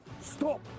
Stop